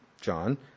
John